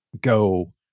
go